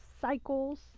cycles